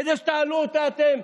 כדי שתעלו אותה אתם?